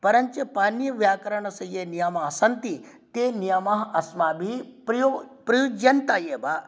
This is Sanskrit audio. परञ्च पाणीनिव्याकरणस्य ये नियमाः सन्ति ते नियमाः अस्माभिः प्रयो प्रयुज्यन्तः एव